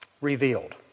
revealed